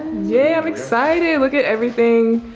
yay i'm excited. look at everything.